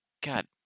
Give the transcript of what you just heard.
God